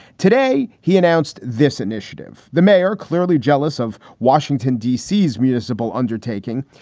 today, he announced this initiative. the mayor, clearly jealous of washington d c s municipal undertaking,